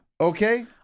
Okay